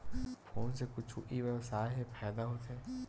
Phone से कुछु ई व्यवसाय हे फ़ायदा होथे?